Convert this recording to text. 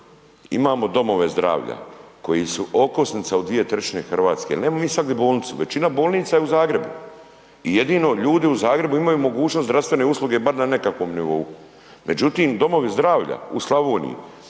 Imamo domove zdravlja koji su okosnica u dvije trećine Hrvatske. Nemamo mi sad i bolnica. Većina bolnica je u Zagrebu. I jedino ljudi u Zagrebu imaju mogućnost zdravstvene usluge bar na nekakvom nivou. Međutim, domovi zdravlja u Slavoniji,